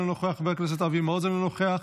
אינו נוכח,